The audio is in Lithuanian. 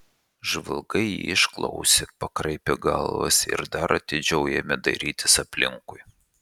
žvalgai jį išklausė pakraipė galvas ir dar atidžiau ėmė dairytis aplinkui